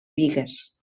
bigues